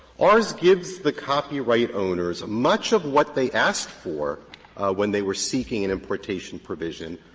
ours gives the copyright owners much of what they asked for when they were seeking an importation provision,